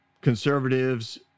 conservatives